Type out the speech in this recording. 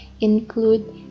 include